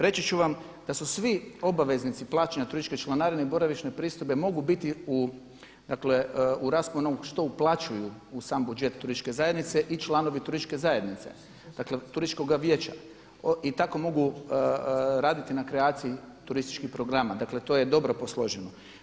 Reći ću vam da su svi obveznici plaćanja turističke članarine i boravišne pristojbe mogu biti u rasponu što uplaćuju u sam budžet turističke zajednice i članovi turističke zajednice dakle turističkoga vijeća i tako mogu raditi na kreaciji turističkih programa, dakle to je dobro posloženo.